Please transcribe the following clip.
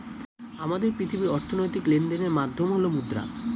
আমাদের পৃথিবীর অর্থনৈতিক লেনদেনের মাধ্যম হল মুদ্রা